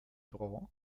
bra